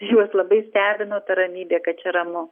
juos labai stebino ta ramybė kad čia ramu